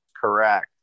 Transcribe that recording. correct